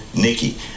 Nikki